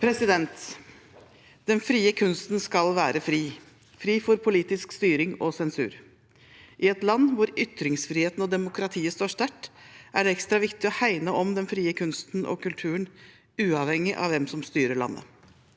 Den frie kunsten skal være fri – fri fra politisk styring og sensur. I et land hvor ytringsfriheten og demokratiet står sterkt, er det ekstra viktig å hegne om den frie kunsten og kulturen, uavhengig av hvem som styrer landet.